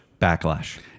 backlash